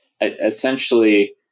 essentially